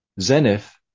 Zenith